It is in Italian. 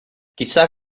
chissà